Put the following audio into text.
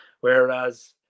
Whereas